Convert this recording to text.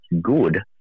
good